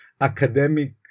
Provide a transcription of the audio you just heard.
academic